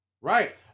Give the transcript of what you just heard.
Right